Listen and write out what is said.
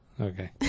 Okay